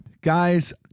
Guys